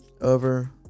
over